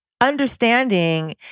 understanding